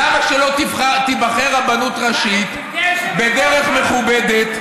למה שלא תיבחר רבנות ראשית בדרך מכובדת,